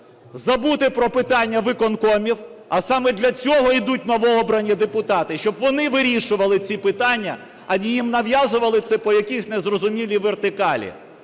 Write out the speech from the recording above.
забути про питання виконкомів. А саме для цього ідуть новообрані депутати, щоб вони вирішували ці питання, а не їм нав'язували це по якійсь незрозумілій вертикалі.